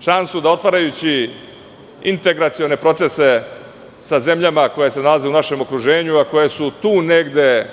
šansu da otvarajući integracione procese sa zemljama koje se nalaze u našem okruženju, a koje su tu negde